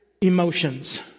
emotions